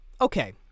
Okay